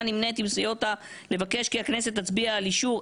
נמנית עם סיעות ה לבקש כי הכנסת תצביע על אישור.